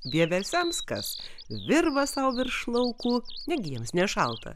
vieversiams kas virva sau virš laukų negi jiems nešalta